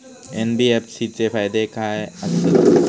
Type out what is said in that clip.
NBFC चे फायदे खाय आसत?